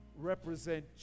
represent